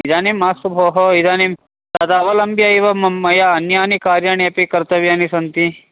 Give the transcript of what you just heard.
इदानीं मास्तु भोः इदानीं तदवलम्ब्य एव मम मया अन्यानि कार्याणि अपि कर्तव्यानि सन्ति